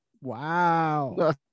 Wow